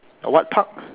what Park